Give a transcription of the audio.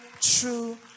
true